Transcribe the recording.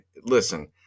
Listen